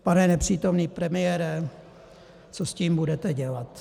Pane nepřítomný premiére, co s tím budete dělat?